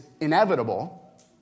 inevitable